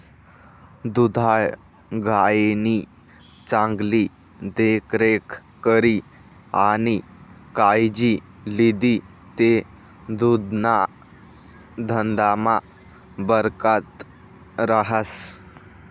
दुधाळ गायनी चांगली देखरेख करी आणि कायजी लिदी ते दुधना धंदामा बरकत रहास